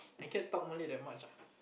I can't talk Malay that much ah